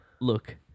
Look